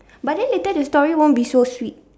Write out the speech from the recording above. but then later the story won't be so sweet